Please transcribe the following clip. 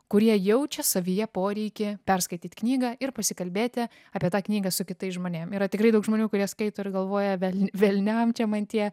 kurie jaučia savyje poreikį perskaityt knygą ir pasikalbėti apie tą knygą su kitais žmonėm yra tikrai daug žmonių kurie skaito ir galvoja vel velniam čia man tie